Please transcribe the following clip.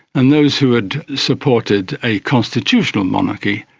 and those who had supported a constitutional monarchy,